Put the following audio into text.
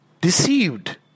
deceived